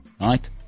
Right